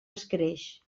escreix